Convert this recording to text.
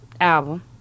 album